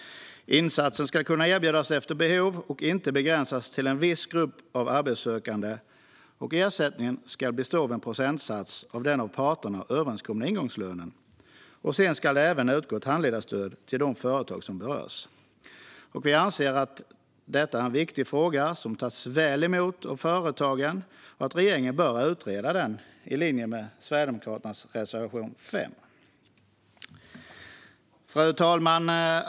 Insatsen ska kunna erbjudas efter behov och inte begränsas till en viss grupp av arbetssökande, och ersättningen ska bestå av en procentsats av den av parterna överenskomna ingångslönen. Sedan ska det även utgå ett handledarstöd till de företag som berörs. Vi anser att detta är en viktig fråga som tas väl emot av företagen och att regeringen bör utreda den i linje med Sverigedemokraternas reservation 5. Fru talman!